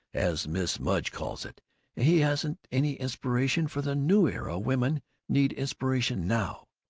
as mrs. mudge calls it he hasn't any inspiration for the new era. women need inspiration now.